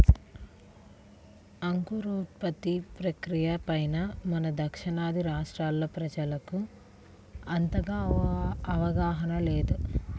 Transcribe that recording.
అంకురోత్పత్తి ప్రక్రియ పైన మన దక్షిణాది రాష్ట్రాల్లో ప్రజలకు అంతగా అవగాహన లేదు